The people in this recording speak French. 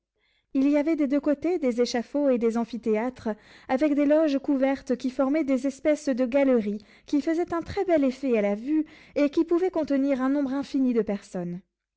il y avait des deux côtés des échafauds et des amphithéâtres avec des loges couvertes qui formaient des espèces de galeries qui faisaient un très bel effet à la vue et qui pouvaient contenir un nombre infini de personnes